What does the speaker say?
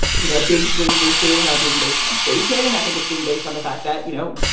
you know, big swings we're seeing are being based on day trading. i think it's being based on the fact that, you know,